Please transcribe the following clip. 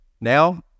now